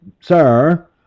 sir